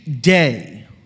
day